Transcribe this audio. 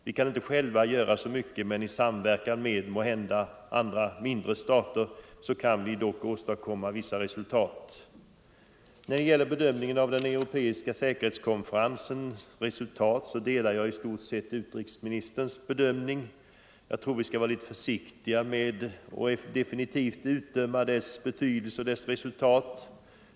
Vi kan inte själva göra så mycket, men i samverkan med andra mindre stater kan vi måhända åstadkomma vissa resultat. När det gäller bedömningen av den europeiska säkerhetskonferensens resultat delar jag i stort sett utrikesministerns uppfattning. Jag tror att vi skall vara litet försiktiga med att definitivt utdöma dess betydelse och dess resultat.